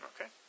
Okay